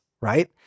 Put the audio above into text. right